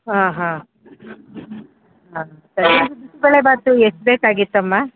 ಹಾಂ ಹಾಂ ಹಾಂ ಸರಿ ಬಿಸಿಬೇಳೆ ಭಾತು ಎಷ್ಟು ಬೇಕಾಗಿತ್ತಮ್ಮ